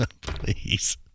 Please